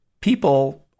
people